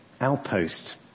outpost